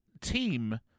team